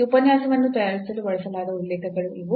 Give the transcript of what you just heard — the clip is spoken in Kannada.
ಈ ಉಪನ್ಯಾಸವನ್ನು ತಯಾರಿಸಲು ಬಳಸಲಾದ ಉಲ್ಲೇಖಗಳು ಇವು